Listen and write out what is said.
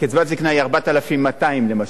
וקצבת זיקנה היא 4,200, למשל,